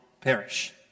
perish